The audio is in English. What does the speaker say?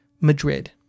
Madrid